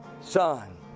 Son